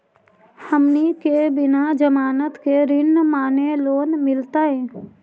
हमनी के बिना जमानत के ऋण माने लोन मिलतई?